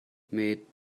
mit